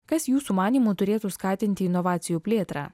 kas jūsų manymu turėtų skatinti inovacijų plėtrą